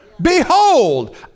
Behold